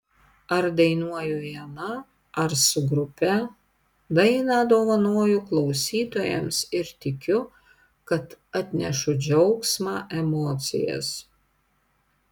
ar dainuoju viena ar su grupe dainą dovanoju klausytojams ir tikiu kad atnešu džiaugsmą emocijas